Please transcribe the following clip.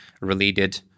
related